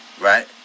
Right